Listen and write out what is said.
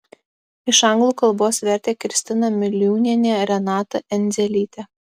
iš anglų kalbos vertė kristina miliūnienė renata endzelytė